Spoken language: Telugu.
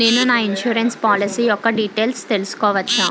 నేను నా ఇన్సురెన్స్ పోలసీ యెక్క డీటైల్స్ తెల్సుకోవచ్చా?